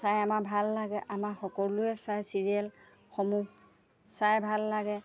চাই আমাৰ ভাল লাগে আমাৰ সকলোৱে চায় চিৰিয়েলসমূহ চাই ভাল লাগে